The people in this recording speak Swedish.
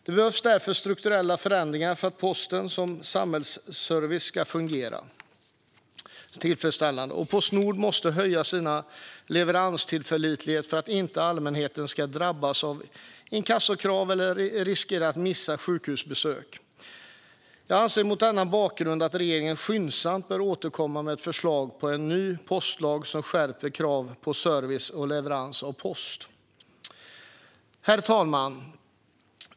Det behövs därför strukturella förändringar för att posten som samhällsservice ska fungera tillfredsställande, och Postnord måste höja sin leveranstillförlitlighet för att allmänheten inte ska drabbas av inkassokrav eller riskera att missa sjukhusbesök. Jag anser mot denna bakgrund att regeringen skyndsamt bör återkomma med förslag på en ny postlag som skärper kraven på service och leverans av post. Herr talman!